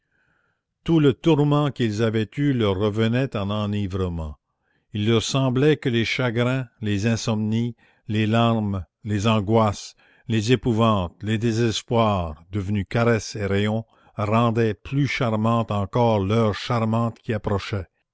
tout le tourment qu'ils avaient eu leur revenait en enivrement il leur semblait que les chagrins les insomnies les larmes les angoisses les épouvantes les désespoirs devenus caresses et rayons rendaient plus charmante encore l'heure charmante qui approchait